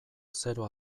zero